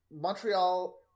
Montreal